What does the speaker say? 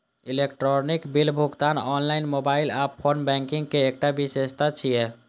electronic bill भुगतान online, mobile आ phone banking के एकटा विशेषता छियै